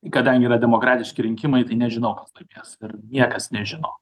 kadangi yra demokratiški rinkimai tai nežinau kas laimės ir niekas nežino